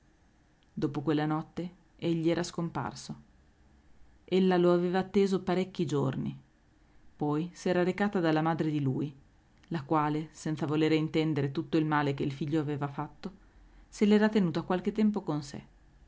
dopo quella notte egli era scomparso ella lo aveva atteso parecchi giorni poi s'era recata dalla madre di lui la quale senza volere intendere tutto il male che il figlio aveva fatto se l'era tenuta qualche tempo con sé